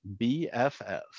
BFF